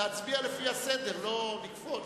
להצביע לפי הסדר ולא לקפוץ,